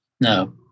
No